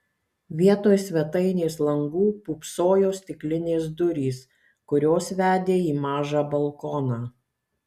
vietoj svetainės langų pūpsojo stiklinės durys kurios vedė į mažą balkoną